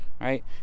right